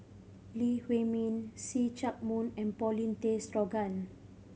Lee Huei Min See Chak Mun and Paulin Tay Straughan